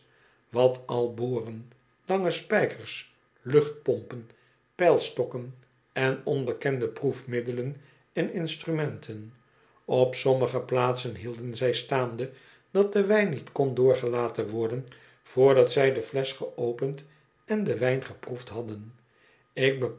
wat al boren lange spijkers luchtpompen peilstokken en onbekende proefmiddelen en instrumenten op sommige plaatsen hielden zij staande dat de wyn niet kon doorgelaten worden vrdat zij de flesch geopend en den wijn geproefd hadden ik